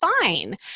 fine